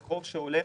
זה חוב שהולך